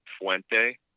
Fuente